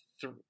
three